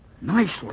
Nicely